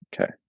Okay